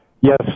Yes